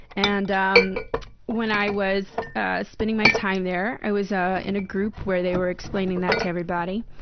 and um when i was spending my time there, i was ah in a group where they were explaining that to everybody.